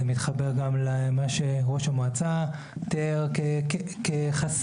זה מתחבר גם למה שראש המועצה תיאר כחסם.